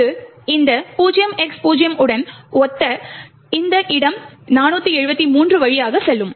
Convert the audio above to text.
இது இந்த 0X0 உடன் ஒத்த இந்த இடம் 473 வழியாக செல்லும்